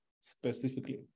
specifically